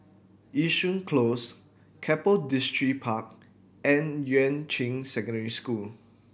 Yishun Close Keppel Distripark and Yuan Ching Secondary School